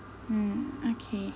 mm okay